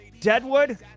Deadwood